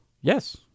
Yes